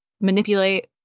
manipulate